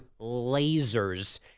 lasers